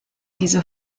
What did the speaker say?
diese